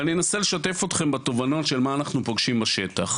ואני אנסה לשתף אתכם בתובנות של מה אנחנו פוגשים בשטח.